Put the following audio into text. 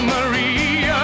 Maria